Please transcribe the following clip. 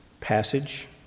passage